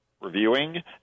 reviewing